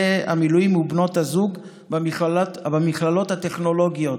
המילואים ובנות הזוג במכללות הטכנולוגיות,